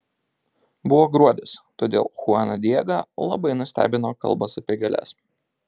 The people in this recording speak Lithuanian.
buvo gruodis todėl chuaną diegą labai nustebino kalbos apie gėles